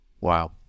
Wow